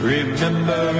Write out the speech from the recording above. Remember